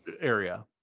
area